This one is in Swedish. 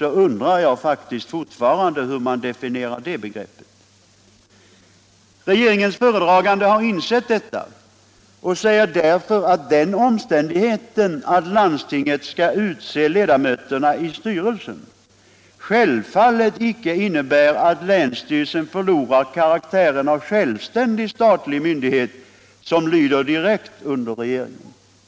undrar jag faktiskt fortfarande hur man definierar det begreppet. Regeringens föredragande har insett detta och säger därför att den omständigheten att landstinget skall utse ledamöterna i styrelsen självfallet icke innebär att länsstyrelsen förlorar karaktären av självständig statlig myndighet som lyder direkt under regeringen.